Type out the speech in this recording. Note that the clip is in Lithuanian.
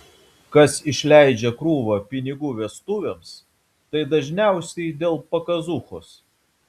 kas išleidžia krūvą pinigų vestuvėms tai dažniausiai dėl pakazuchos